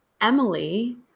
Emily